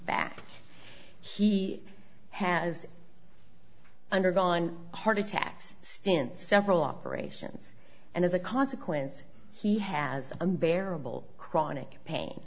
back he has undergone heart attacks stents several operations and as a consequence he has i'm bearable chronic pain